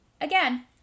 again